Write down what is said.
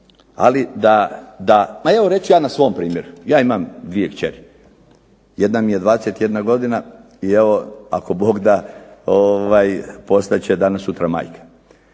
Ali da evo pa reći ću ja na svom primjeru. Ja imam 2 kćeri. Jedna mi je 21 godina i evo ako Bog da postat će danas sutra majka.